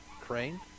crane